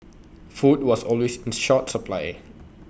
food was always in short supply